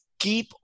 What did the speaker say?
Keep